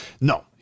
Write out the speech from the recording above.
No